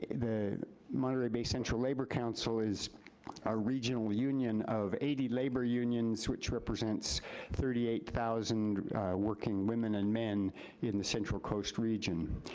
the monterey bay central labor council is a regional union of eighty labor unions which represents thirty eight thousand working women and men in the central coast region.